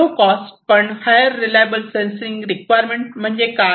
low cost पण higher reliable sensing requirement म्हणजे काय